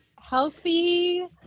healthy